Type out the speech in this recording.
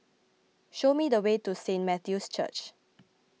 show me the way to Saint Matthew's Church